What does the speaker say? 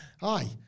Hi